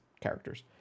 characters